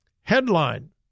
Headline